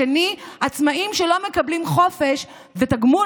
השנייה עצמאים שלא מקבלים חופש ותגמול